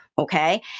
Okay